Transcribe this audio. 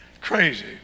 crazy